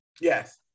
Yes